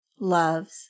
Loves